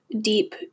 deep